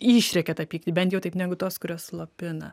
išrėkia tą pyktį bent jau taip negu tos kurios slopina